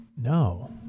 No